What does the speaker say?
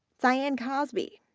cyan cosby,